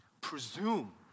presume